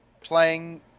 playing